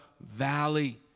valley